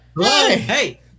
hey